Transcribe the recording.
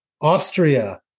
Austria